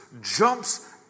jumps